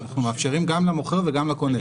אנחנו מאפשרים גם למוכר וגם לקונה.